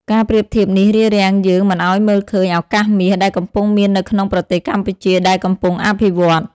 ការប្រៀបធៀបនេះរារាំងយើងមិនឱ្យមើលឃើញ "ឱកាសមាស" ដែលកំពុងមាននៅក្នុងប្រទេសកម្ពុជាដែលកំពុងអភិវឌ្ឍ។